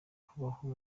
kubaho